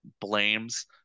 blames